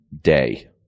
day